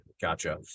gotcha